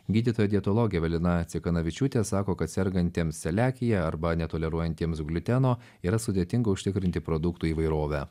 gydytoja dietologė evelina cikanavičiūtė sako kad sergantiems celiakija arba netoleruojantiems gliuteno yra sudėtinga užtikrinti produktų įvairovę